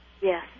Yes